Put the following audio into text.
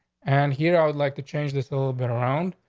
and here i would like to change this a little bit around.